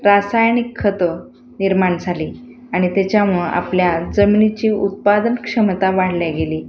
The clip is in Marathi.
रासायनिक खतं निर्माण झाली आणि त्याच्यामुळं आपल्या जमिनीची उत्पादन क्षमता वाढल्या गेली